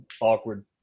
awkward